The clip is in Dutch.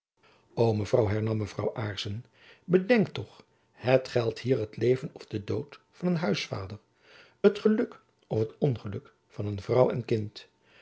mevrouw hernam mevrouw aarssen bedenk toch het geldt hier het leven of den dood van een huisvader het geluk of het ongeluk van een vrouw en kind